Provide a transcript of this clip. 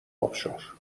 آبشار